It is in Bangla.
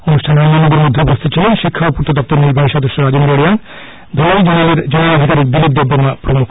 এই অনুষ্ঠানে অন্যান্যদের মধ্যে উপস্হিত ছিলেন শিক্ষা ও পূর্ত দপ্তরের নির্বাহী সদস্য রাজেন্দ্র রিয়াং ধলাই জোন্যালের জোন্যাল আধিকারিক দিলীপ দেববর্মা প্রমুখ